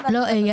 אני